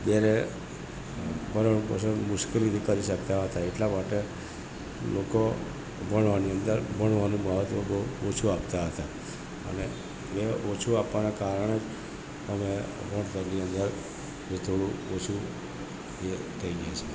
જ્યારે ભરણપોષણ મુશ્કેલીથી કરી શકતા હતા એટલા માટે લોકો ભણવાની અંદર ભણવાનું મહત્ત્વ બહુ ઓછું આપતા હતા અને એ ઓછું આપવાના કારણે અને ભણતર જેની અંદર જે થોડું ઓછું એ થઈ જાય છે